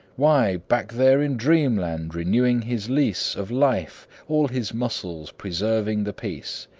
why, back there in dreamland, renewing his lease of life, all his muscles preserving the peace,